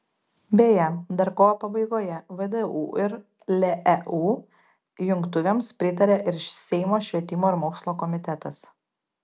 beje dar kovo pabaigoje vdu ir leu jungtuvėms pritarė ir seimo švietimo ir mokslo komitetas